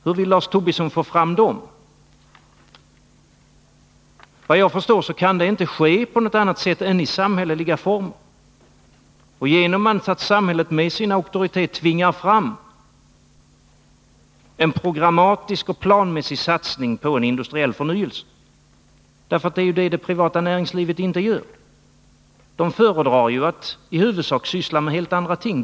Hur vill Lars Tobisson få fram dem? Vad jag förstår kan det inte ske på något annat sätt än i samhälleliga former och genom att samhället med sin auktoritet tvingar fram en programmatisk och planmässig satsning på en industriell förnyelse. Det är ju det som det privata näringslivet inte gör. Där föredrar man att i huvudsak syssla med helt andra ting.